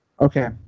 Okay